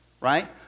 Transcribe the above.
right